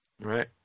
Right